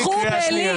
הם מחבלים שרצחו בעלי.